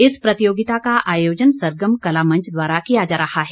इस प्रतियोगिता का आयोजन सरगम कला मंच द्वारा किया जा रहा है